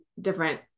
different